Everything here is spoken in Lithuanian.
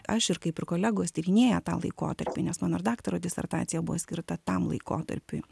aš ir kaip ir kolegos tyrinėja tą laikotarpį nes mano ir daktaro disertacija buvo skirta tam laikotarpiui